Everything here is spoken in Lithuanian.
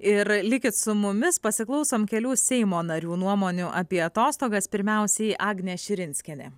ir likit su mumis pasiklausom kelių seimo narių nuomonių apie atostogas pirmiausiai agnė širinskienė